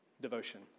devotion